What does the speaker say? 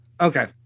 okay